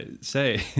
say